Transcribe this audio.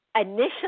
Initially